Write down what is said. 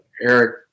Eric